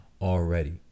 already